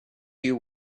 you